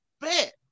Bet